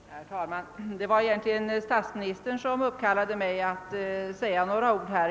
Herr talman! Det var egentligen statsministerns anförande som uppkallade mig att säga några ord.